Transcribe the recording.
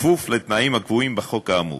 כפוף לתנאים הקבועים בחוק האמור.